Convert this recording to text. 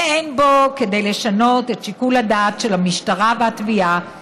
ואין בו כדי לשנות את שיקול הדעת של המשטרה והתביעה